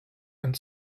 and